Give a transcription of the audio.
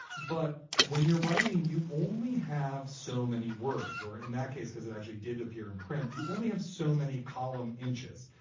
but when you're writing, you only have so many words, or in that case, because it actually did appear in print. you only have so many column inches.